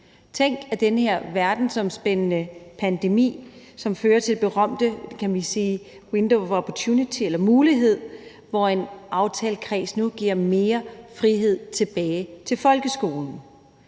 Tænk, at den her verdensomspændende pandemi fører til det berømte, kan man sige, window of opportunity – eller mulighed – hvor en aftalekreds nu giver mere frihed tilbage til folkeskolen.